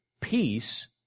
peace